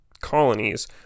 colonies